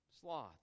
sloth